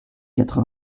quatre